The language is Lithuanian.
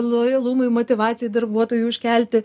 lojalumui motyvacijai darbuotojų užkelti